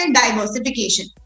diversification